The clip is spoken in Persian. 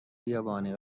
بیابانی